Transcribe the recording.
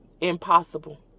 Impossible